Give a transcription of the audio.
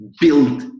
Build